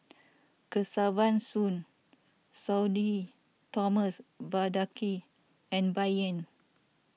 Kesavan Soon Sudhir Thomas Vadaketh and Bai Yan